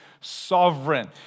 sovereign